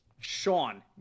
Sean